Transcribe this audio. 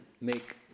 make